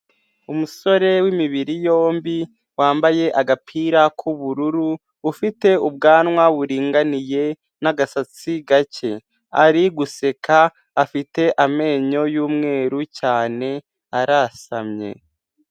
Umusore w'imibiri yombi wambaye agapira k'ubururu, ufite ubwanwa buringaniye n'agasatsi gake, ari guseka afite amenyo y'umweru cyane, arasamye.